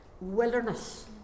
wilderness